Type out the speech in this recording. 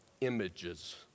images